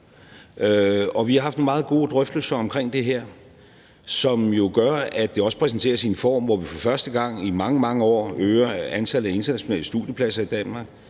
nogle meget gode drøftelser omkring det her, som jo gør, at det også præsenteres i en form, hvor vi for første gang i mange, mange år øger antallet af internationale studiepladser i Danmark,